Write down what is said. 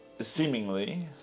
Seemingly